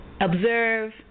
observe